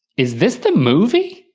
is this the movie?